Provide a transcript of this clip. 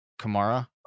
Kamara